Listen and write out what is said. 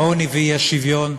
העוני והאי-שוויון,